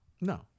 No